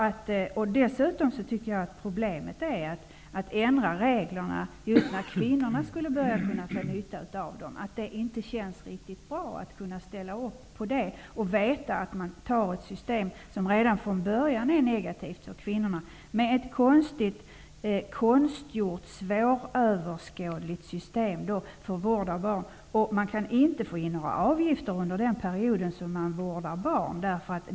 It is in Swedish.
Problemet är enligt min mening att man ändrar reglerna just när kvinnorna kan börja dra nytta av dem. Det känns inte riktigt bra att ställa upp på att införa ett system som redan från början är negativt för kvinnorna. Det är ett konstigt, konstgjort och svåröverskådligt system som föreslås vad gäller vård av barn. Staten kan inte få in några avgifter under den period en person vårdar barn.